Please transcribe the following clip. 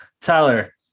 Tyler